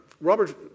Robert